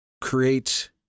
create